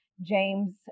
James